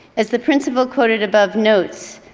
as the principal quoted above notes,